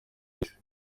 isi